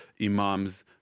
imams